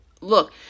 Look